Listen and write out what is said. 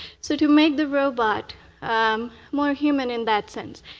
so to make the robot more human in that sense.